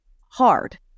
hard